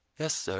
yes, sir,